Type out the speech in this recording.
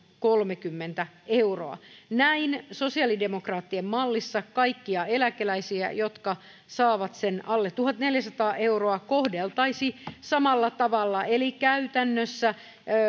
kolmekymmentä euroa näin sosiaalidemokraattien mallissa kaikkia eläkeläisiä jotka saavat sen alle tuhatneljäsataa euroa kohdeltaisiin samalla tavalla eli käytännössä